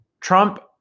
Trump